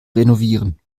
renovieren